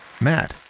Matt